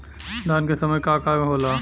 धान के समय का का होला?